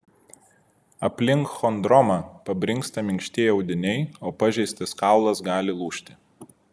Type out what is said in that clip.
aplink chondromą pabrinksta minkštieji audiniai o pažeistas kaulas gali lūžti